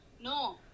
No